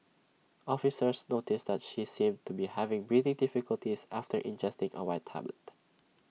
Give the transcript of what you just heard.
officers noticed that she seemed to be having breathing difficulties after ingesting A white tablet